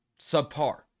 subpar